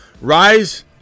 Rise